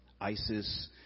ISIS